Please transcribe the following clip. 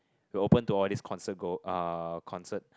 we open to all these concert go uh concert